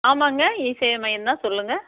ஆமாங்க இ சேவை மையம்தான் சொல்லுங்கள்